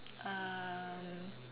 um